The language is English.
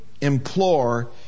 implore